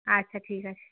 আচ্ছা ঠিক আছে